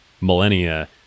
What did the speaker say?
millennia